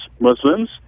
Muslims